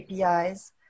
APIs